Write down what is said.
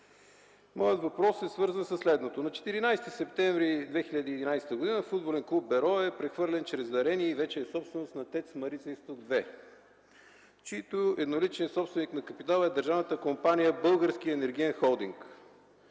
Моят въпрос е свързан със следното: на 14 септември 2011 г. футболен клуб „Берое” е прехвърлен чрез дарение и вече е собственост на ТЕЦ „Марица изток 2”, чийто едноличен собственик на капитала е държавната компания Български енергиен холдинг.